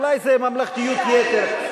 אולי זה ממלכתיות יתר,